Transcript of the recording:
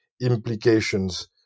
implications